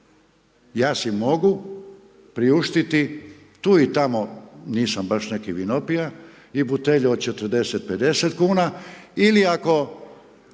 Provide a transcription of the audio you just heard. Ja si mogu priuštiti tu i tamo, nisam baš neki vinopija i butelje od 40, 50 kn ili ako